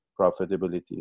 profitability